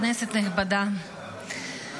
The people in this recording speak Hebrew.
כנסת נכבדה,